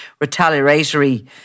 retaliatory